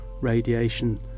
radiation